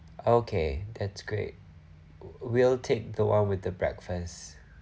okay that's great w~ we'll take the one with the breakfast